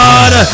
God